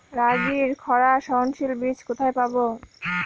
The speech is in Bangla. রাগির খরা সহনশীল বীজ কোথায় পাবো?